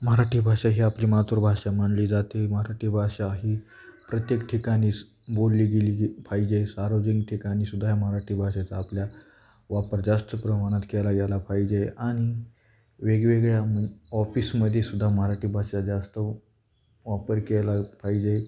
मराठी भाषा ही आपली मातृभाषा मानली जाते मराठी भाषा ही प्रत्येक ठिकाणी स बोलली गेली की पाहिजे सार्वजिक ठिकाणीसुद्धा या मराठी भाषेचा आपल्या वापर जास्त प्रमाणात केला गेला पाहिजे आणि वेगवेगळ्या ऑफिसमध्येसुद्धा मराठी भाषा जास्त वापर केला पाहिजे